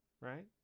right